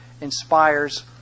inspires